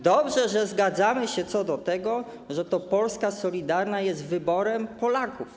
Dobrze, że zgadzamy się co do tego, że to Polska solidarna jest wyborem Polaków.